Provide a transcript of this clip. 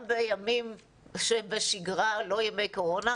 גם בימים שהם בשגרה ולא ימי קורונה,